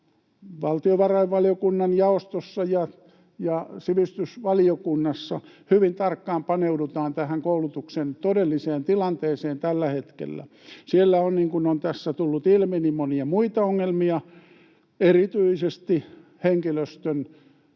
valtiovarainvaliokunnan jaostossa ja sivistysvaliokunnassa hyvin tarkkaan paneudutaan tähän koulutuksen todelliseen tilanteeseen tällä hetkellä. Siellä on, niin kuin on tässä tullut ilmi, monia muita ongelmia, erityisesti henkilöstön